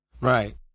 right